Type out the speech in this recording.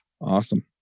Awesome